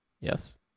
Yes